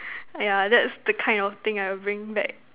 ya that's the kind of thing I will bring back